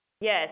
yes